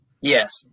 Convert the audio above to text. Yes